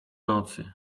nocy